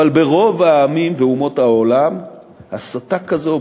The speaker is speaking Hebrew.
אבל ברוב העמים באומות העולם הסתה כזאת,